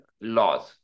laws